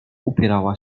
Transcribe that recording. upierała